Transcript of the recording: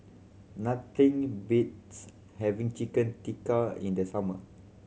nothing beats having Chicken Tikka in the summer